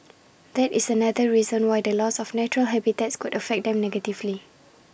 that is another reason why the loss of natural habitats could affect them negatively